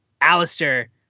Alistair